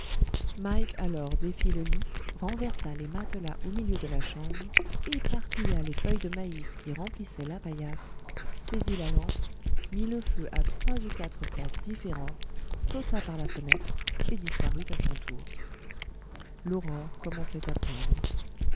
mike alors défit le lit renversa les matelas au milieu de la chambre éparpilla les feuilles de maïs qui remplissaient la paillasse saisit la lampe mit le feu à trois ou quatre places différentes sauta par la fenêtre et disparut à son tour l'aurore commençait à poindre